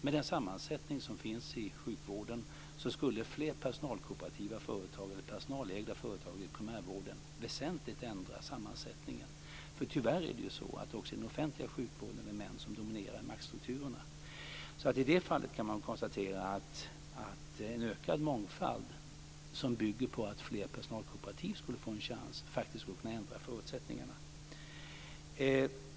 Med den sammansättning som finns i sjukvården skulle fler personalkooperativa företag eller personalägda företag i primärvården väsentligt ändra sammansättningen. Tyvärr är det också männen som dominerar maktstrukturerna inom den offentliga vården. I det fallet går det att konstatera att en ökad mångfald, som bygger på att fler personalkooperativ skulle få en chans, skulle förändra förutsättningarna.